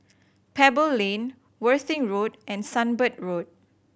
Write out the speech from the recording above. Pebble Lane Worthing Road and Sunbird Road